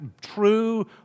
true